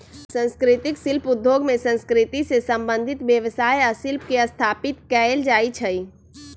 संस्कृतिक शिल्प उद्योग में संस्कृति से संबंधित व्यवसाय आ शिल्प के स्थापित कएल जाइ छइ